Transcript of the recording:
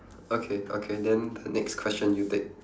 okay okay then the next question you take